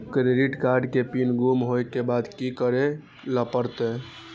Credit card के PIN गुम होय के बाद की करै ल परतै?